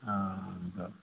हँ